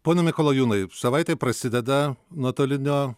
pone mikolajūnai savaitė prasideda nuotolinio